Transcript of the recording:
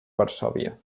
varsòvia